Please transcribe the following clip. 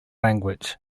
language